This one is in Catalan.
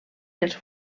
els